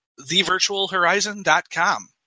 TheVirtualHorizon.com